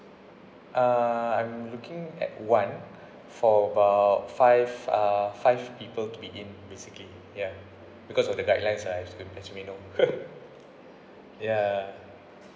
uh I'm looking at one for about five uh five people to be in basically ya because of the guideline lah as we as we know know ya